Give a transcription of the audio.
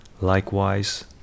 likewise